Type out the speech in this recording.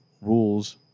rules